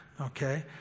okay